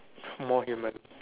more human